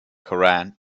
koran